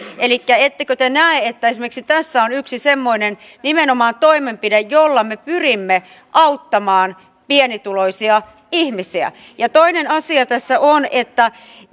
elikkä ettekö te näe että esimerkiksi nimenomaan tässä on yksi semmoinen toimenpide jolla me pyrimme auttamaan pienituloisia ihmisiä toinen asia tässä on että